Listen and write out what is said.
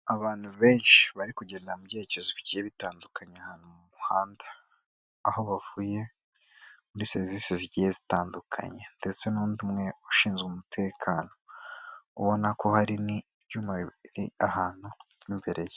Abantu benshi bari kugenda mu byerekezo bigiye bitandukanye ahantu mu muhanda, aho bavuye muri serivisi zigiye zitandukanye, ndetse n'undi umwe ushinzwe umutekano, ubona ko hari n' ibyuma biri ahantu imbereye.